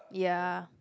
ya